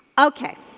okay,